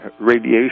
radiation